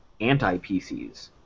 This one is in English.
anti-PCs